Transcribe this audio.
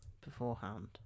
Beforehand